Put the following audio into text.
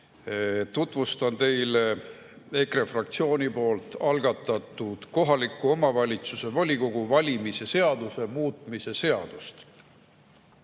Tutvustan teile EKRE fraktsiooni algatatud kohaliku omavalitsuse volikogu valimise seaduse muutmise seadust.